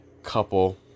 Couple